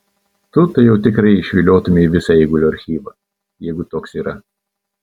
tu tai jau tikrai išviliotumei visą eigulio archyvą jeigu toks yra